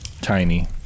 Tiny